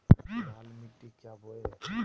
लाल मिट्टी क्या बोए?